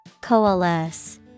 Coalesce